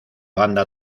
banda